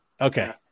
Okay